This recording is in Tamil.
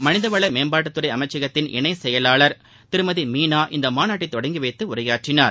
மனித வள மேம்பாட்டுத் துறை அமைச்சகத்தின் இணை செயலாளர் திருமதி மீனா இந்த மாநாட்டை தொடங்கி வைத்து உரையாற்றினார்